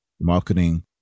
marketing